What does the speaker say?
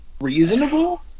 Reasonable